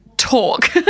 talk